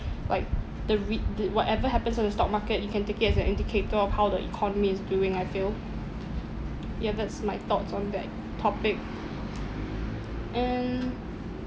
like the re~ the whatever happens on the stock market you can take it as an indicator of how the economy is doing I feel ya that's my thoughts on that topic and